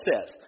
says